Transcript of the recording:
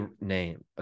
name